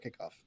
kickoff